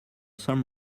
some